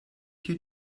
you